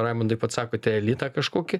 raimondai pats sakote elitą kažkokį